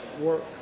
work